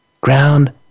ground